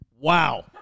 Wow